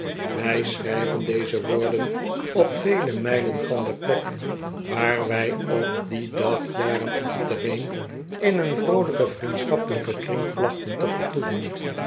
wij schrijven deze woorden op vele mijlen van de plek waar wij op dien dag jaren achtereen in een vroolijken vriendschappelijken kring plachten te vertoeven